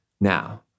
Now